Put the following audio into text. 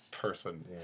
person